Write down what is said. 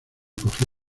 cogí